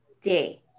day